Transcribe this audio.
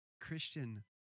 Christian